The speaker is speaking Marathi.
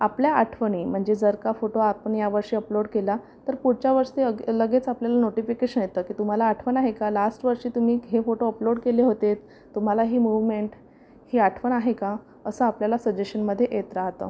आपल्या आठवणी म्हणजे जर का फोटो आपण यावर्षी अपलोड केला तर पुढच्या वर्षी अग् लगेच आपल्याला नोटिफिकेशन येतं की तुम्हाला आठवण आहे का लास्ट वर्षी तुम्ही हे फोटो अपलोड केले होते तुम्हाला ही मुव्हमेंट ही आठवण आहे का असं आपल्याला सजेशनमध्ये येत राहतं